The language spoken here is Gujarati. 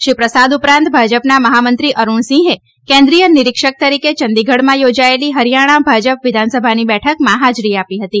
શ્રી પ્રસાદ ઉપરાંત ભાજપના મહામંત્રી અરૂણસિંહે કેન્દ્રીય નિરીક્ષક તરીકે ચંદીગઢમાં યોજાયેલી હરિયાણા ભાજપ વિધાનસભાની બેઠકમાં હાજરી આપી હતી